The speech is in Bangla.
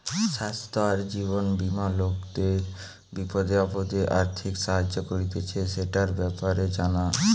স্বাস্থ্য আর জীবন বীমা লোকদের বিপদে আপদে আর্থিক সাহায্য করতিছে, সেটার ব্যাপারে জানা